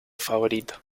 favorito